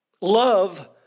love